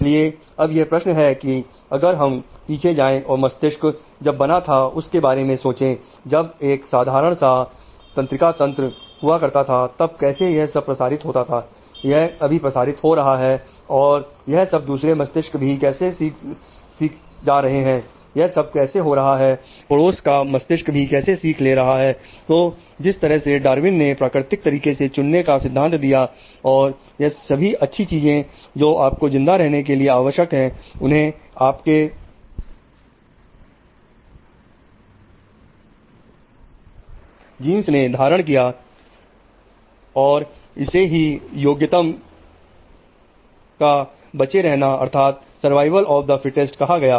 इसलिए अब यह प्रश्न है कि अगर हम पीछे जाएं और मस्तिष्क जब बना था उस के बारे में सोचें जब एक साधारण सा तंत्रिका तंत्र ने धारण किए रखा और इसे ही योग्यतम का बचे रहना अर्थात सर्वाइवल ऑफ द फिटेस्ट कहा गया